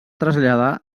traslladar